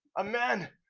a man.